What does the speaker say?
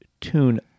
tune